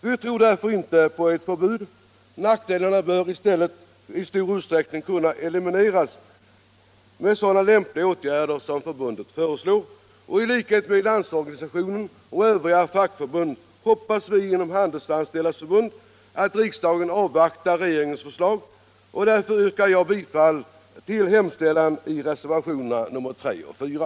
Därför tror vi inte på ett förbud. Nackdelarna bör i stället i stor utsträckning kunna elimineras med sådana lämpliga åtgärder som förbundet föreslår. I likhet med LO och övriga fackförbund hoppas vi inom Handelsanställdas förbund att riksdagen avvaktar regeringens förslag, och därför yrkar jag bifall till reservationerna 3 och 4.